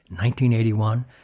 1981